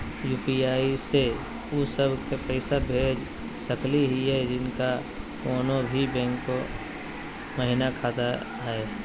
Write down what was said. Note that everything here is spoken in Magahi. यू.पी.आई स उ सब क पैसा भेज सकली हई जिनका कोनो भी बैंको महिना खाता हई?